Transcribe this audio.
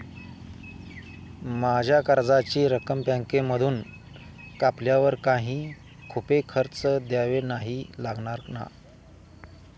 माझ्या कर्जाची रक्कम बँकेमधून कापल्यावर काही छुपे खर्च द्यावे नाही लागणार ना?